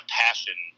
passion